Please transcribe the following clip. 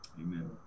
Amen